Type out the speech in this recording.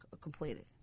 completed